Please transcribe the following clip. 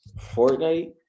fortnite